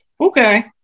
okay